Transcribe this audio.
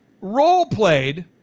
role-played